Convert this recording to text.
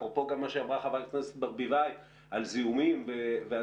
אפרופו מה שאמרה חברת הכנסת ברביבאי על זיהומים והדבקות,